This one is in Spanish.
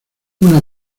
una